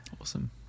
Awesome